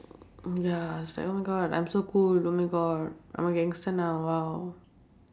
ya sec one god I'm so cool oh my god I'm a gangster now !wow!